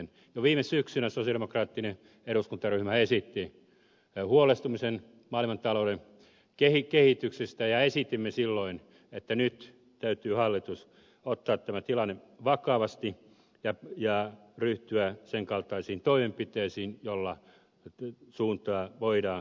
jo viime syksynä sosialidemokraattinen eduskuntaryhmä esitti huolensa maailmantalouden kehityksestä ja esitimme silloin että nyt täytyy hallituksen ottaa tämä tilanne vakavasti ja ryhtyä sen kaltaisiin toimenpiteisiin joilla suuntaa voidaan kääntää